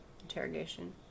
interrogation